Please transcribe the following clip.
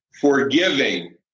forgiving